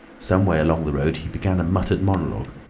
some way along the road he began a muttered monologue,